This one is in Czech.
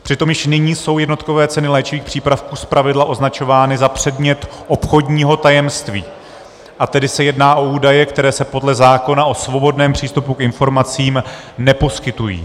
Přitom již nyní jsou jednotkové ceny léčivých přípravků zpravidla označovány za předmět obchodního tajemství, a tedy se jedná o údaje, které se podle zákona o svobodném přístupu k informacím neposkytují.